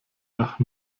nach